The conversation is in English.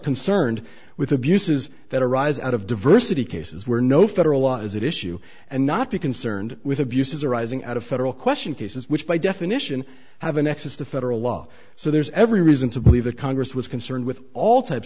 concerned abuses that arise out of diversity cases where no federal law is it issue and not be concerned with abuses arising out of federal question cases which by definition have a nexus to federal law so there's every reason to believe that congress was concerned with all types